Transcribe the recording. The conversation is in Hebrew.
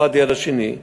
לצדם, האחד ליד השני,